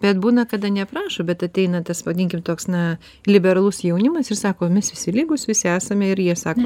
bet būna kada neprašo bet ateinana tas pavadinkim toks na liberalus jaunimas ir sako mes visi lygūs visi esame ir jie sako